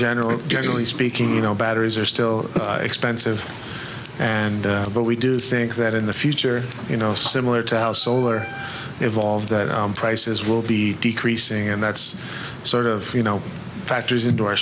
general generally speaking you know batteries are still expensive and but we do think that in the future you know similar to how solar evolved that prices will be decreasing and that's sort of you know factors into our